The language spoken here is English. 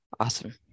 Awesome